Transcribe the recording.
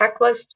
checklist